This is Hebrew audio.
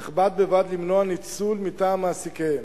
אך בד בבד למנוע ניצול מטעם מעסיקיהם.